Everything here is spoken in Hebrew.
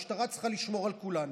משטרה צריכה לשמור על כולנו.